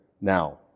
now